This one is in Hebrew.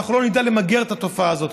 אנחנו לא נדע למגר את התופעה הזאת.